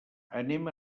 anem